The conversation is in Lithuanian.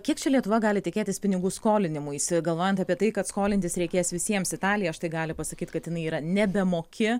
kiek čia lietuva gali tikėtis pinigų skolinimuisi galvojant apie tai kad skolintis reikės visiems italija štai gali pasakyt kad jinai yra nebemoki